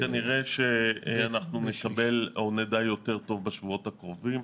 כנראה שנדע יותר טוב בשבועות הקרובות.